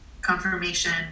confirmation